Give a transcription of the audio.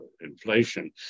inflation